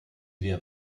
wir